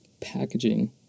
Packaging